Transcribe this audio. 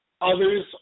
others